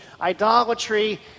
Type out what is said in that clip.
idolatry